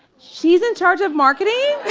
she's in charge of marketing?